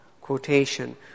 quotation